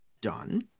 done